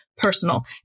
personal